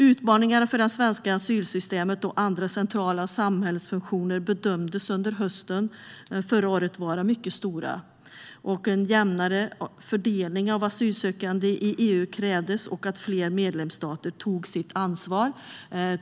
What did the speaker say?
Utmaningarna för det svenska asylsystemet och andra centrala samhällsfunktioner bedömdes under förra hösten vara mycket stora. En jämnare fördelning av asylsökande i EU krävdes, liksom att fler medlemsstater tog sitt ansvar.